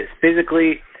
Physically